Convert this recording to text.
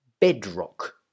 bedrock